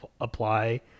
apply